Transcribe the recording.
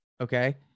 Okay